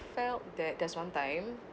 felt that there's one time